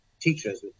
teachers